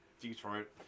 Detroit